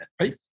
right